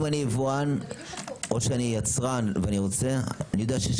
אם אני יבואן או יצרן ואני יודע שיש